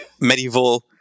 medieval